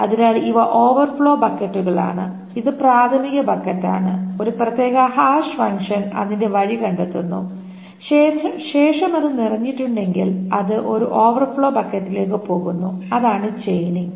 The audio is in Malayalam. അതിനാൽ ഇവ ഓവർഫ്ലോ ബക്കറ്റുകളാണ് ഇത് പ്രാഥമിക ബക്കറ്റ് ആണ് ഒരു പ്രത്യേക ഹാഷ് ഫംഗ്ഷൻ അതിന്റെ വഴി കണ്ടെത്തുന്നു ശേഷം അത് നിറഞ്ഞിട്ടുണ്ടെങ്കിൽ അത് ഒരു ഓവർഫ്ലോ ബക്കറ്റിലേക്ക് പോകുന്നു അതാണ് ചെയ്നിംഗ്